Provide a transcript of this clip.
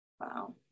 wow